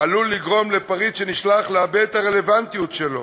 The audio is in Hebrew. עלול לגרום לפריט שנשלח לאבד את הרלוונטיות שלו,